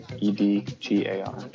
E-D-G-A-R